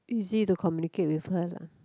easy to communicate with her lah